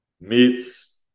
meats